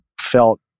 felt